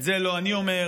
את זה לא אני אומר,